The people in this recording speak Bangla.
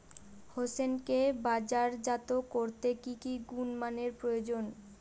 হোসেনকে বাজারজাত করতে কি কি গুণমানের প্রয়োজন?